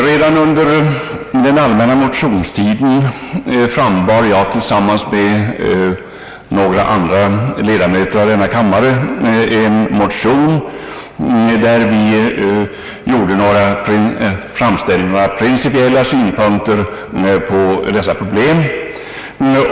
Redan under den allmänna motionstiden frambar jag tillsammans med några andra ledamöter av denna kammare en motion i vilken vi anlade några principiella synpunkter på dessa problem.